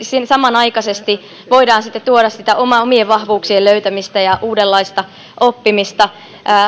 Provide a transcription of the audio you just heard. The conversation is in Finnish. samanaikaisesti voidaan tuoda sitä omien vahvuuksien löytämistä ja uudenlaista oppimista